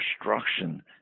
destruction